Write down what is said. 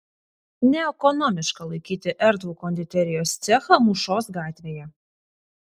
neekonomiška laikyti erdvų konditerijos cechą mūšos gatvėje